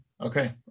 Okay